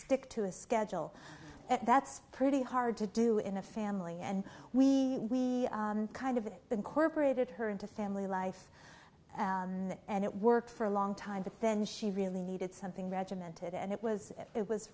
stick to a schedule that's pretty hard to do in a family and we kind of it incorporated her into family life and it worked for a long time but then she really needed something regimented and it was it was